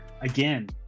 again